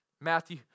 Matthew